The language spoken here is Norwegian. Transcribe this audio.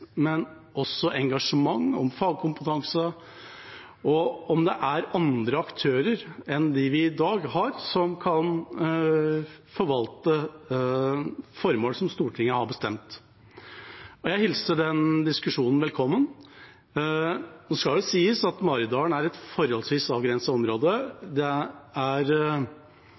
engasjement og fagkompetanse og om det er andre aktører enn dem vi har i dag, som kan forvalte formål som Stortinget har bestemt. Jeg hilser den diskusjonen velkommen. Det skal sies at Maridalen er et forholdsvis avgrenset område. Det er